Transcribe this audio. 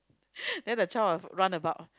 then the child will run about